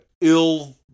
ill